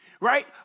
right